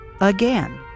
again